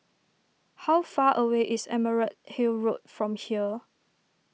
how far away is Emerald Hill Road from here